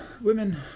Women